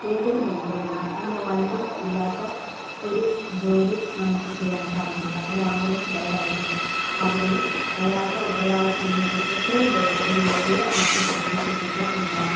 ഏതൊരു മേഖലയിലും ഇന്നു വണ്ടി ഇല്ലാത്ത ഒരു ജോലി നമുക്ക് ചെയ്യാൻ സാധിക്കില്ല ഒരു ആംബുലൻസ് ഡ്രൈവർ ആയിക്കോട്ടെ അവിടെയും അയാളുടെ ഉത്തരവാദിത്തം എന്ന് പറഞ്ഞ് എത്രയും വേഗം ഒരു രോഗിയെ മറ്റൊരു സ്ഥലത്തേക്ക് എത്തിക്കുക എന്നതാണ്